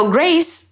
Grace